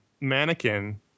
mannequin